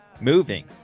moving